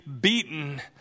beaten